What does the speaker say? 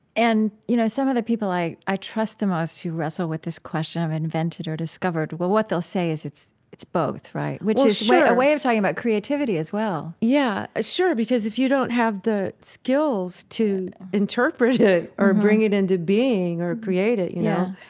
and, you know, some of the people i i trust the most to wrestle with this question of invented or discovered, well what they'll say is it's it's both, right? well, sure which is a way of talking about creativity as well? yeah. sure. because if you don't have the skills to interpret yeah it or bring it into being or create it, you yeah